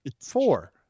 Four